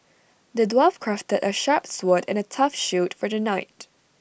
the dwarf crafted A sharp sword and A tough shield for the knight